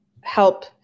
help